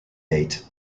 date